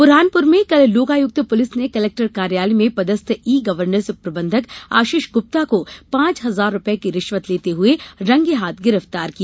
ब्रहानपुर में कल लोकायुक्त पूलिस ने कलेक्टर कार्यालय में पदस्थ ई गर्वनेस प्रबंधक आशीष गुप्ता को पांच हजार रूपये की रिश्वत लेते हुए रंगेहाथ गिरफ्तार किया